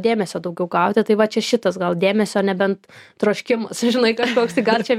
dėmesio daugiau gauti tai va čia šitas gal dėmesio nebent troškimas ir žinai kažkoks tai gal čia